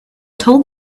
told